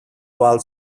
while